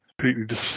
completely